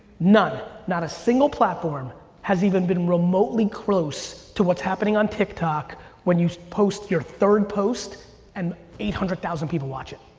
none, not a single platform has even been remotely close to what's happening on tiktok when you post your third post and eight hundred thousand people watch it.